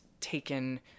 taken